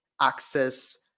access